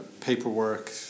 paperwork